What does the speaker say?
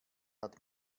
hat